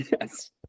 yes